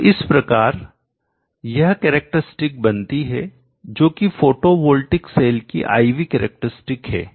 तो इस प्रकार यह कैरेक्टरस्टिक बनती है जो कि फोटोवॉल्टिक सेल की I V कैरेक्टरस्टिक है